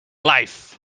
life